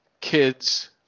kids